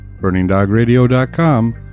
burningdogradio.com